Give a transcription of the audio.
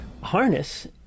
Harness